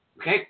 Okay